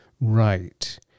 right